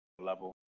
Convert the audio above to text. level